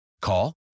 Call